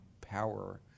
power